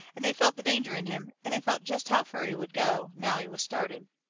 and they felt the danger in him, and they felt jest how fur he would go, now he was started.